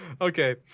Okay